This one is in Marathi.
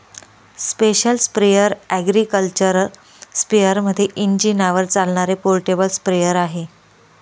स्पेशल स्प्रेअर अॅग्रिकल्चर स्पेअरमध्ये इंजिनावर चालणारे पोर्टेबल स्प्रेअर आहे